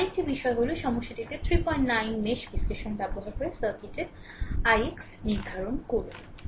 এবং আরেকটি বিষয় হল সমস্যাটি 39 মেশ বিশ্লেষণ ব্যবহার করে সার্কিটের ix নির্ধারণ করুন